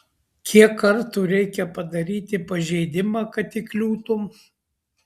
kiek kartų reikia padaryti pažeidimą kad įkliūtum